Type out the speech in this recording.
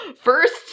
First